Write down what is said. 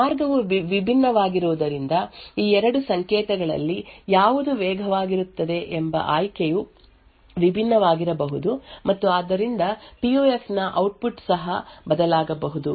ಮಾರ್ಗವು ವಿಭಿನ್ನವಾಗಿರುವುದರಿಂದ ಈ 2 ಸಂಕೇತಗಳಲ್ಲಿ ಯಾವುದು ವೇಗವಾಗಿರುತ್ತದೆ ಎಂಬ ಆಯ್ಕೆಯು ವಿಭಿನ್ನವಾಗಿರಬಹುದು ಮತ್ತು ಆದ್ದರಿಂದ ಪಿಯುಎಫ್ ನ ಔಟ್ಪುಟ್ ಸಹ ಬದಲಾಗಬಹುದು